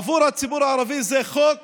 עבור הציבור הערבי זה חוק